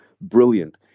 brilliant